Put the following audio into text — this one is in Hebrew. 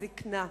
הזיקנה.